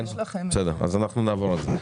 אז אנחנו נעבור על זה.